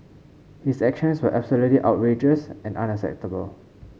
his actions were absolutely outrageous and unacceptable